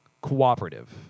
cooperative